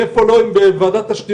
ב-2050